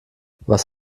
was